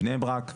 בני ברק,